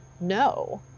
No